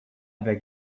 beg